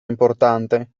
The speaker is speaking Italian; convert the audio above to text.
importante